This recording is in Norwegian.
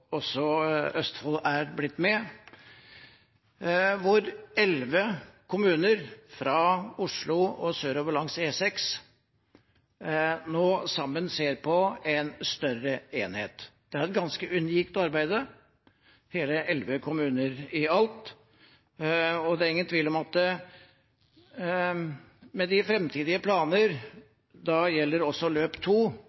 også Østfold er blitt med – hvor elleve kommuner fra Oslo og sørover langs E6 sammen ser på en større enhet. Det er et ganske unikt arbeid, elleve kommuner i alt, og det er ingen tvil om at med de framtidige planer